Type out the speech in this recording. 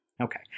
Okay